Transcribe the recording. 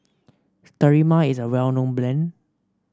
sterimar is a well known brand